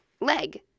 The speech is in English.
leg